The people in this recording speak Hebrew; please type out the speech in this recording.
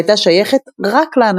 פרק ראשון